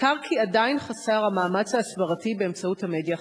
ניכר כי עדיין חסר המאמץ ההסברתי באמצעות המדיה החברתית.